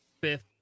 fifth